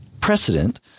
precedent